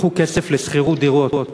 קחו כסף לשכירות דירות.